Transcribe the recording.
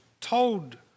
told